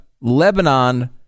lebanon